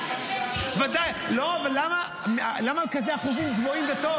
אבל למה משרד הדתות אחוזים גבוהים כאלה?